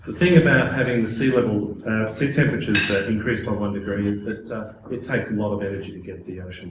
thing about having the sea level sea temperatures that increase by one degree is that it takes a and lot of energy to get the